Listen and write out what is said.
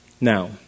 Now